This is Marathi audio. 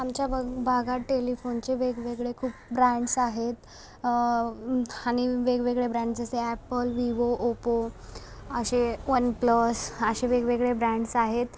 आमच्या भग भागात टेलिफोनचे वेगवेगळे खूप ब्रॅण्ड्स आहेत आणि वेगवेगळे ब्रॅण्ड्स जसे ॲपल विवो ओपो असे वनप्लस असे वेगवेगळे ब्रॅण्ड्स आहेत